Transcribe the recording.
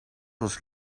was